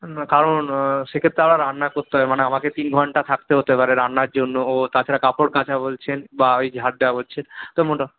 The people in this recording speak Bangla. কারণ সে ক্ষেত্রে আবার রান্না করতে হবে মানে আমাকে তিন ঘন্টা থাকতে হতে পারে রান্নার জন্য ও তাছাড়া কাপড় কাচা বলছেন বা ওই ঝাড় দেওয়া হচ্ছে তো মোটা